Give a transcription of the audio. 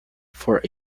for